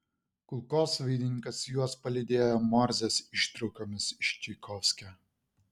kulkosvaidininkas juos palydėjo morzės ištraukomis iš čaikovskio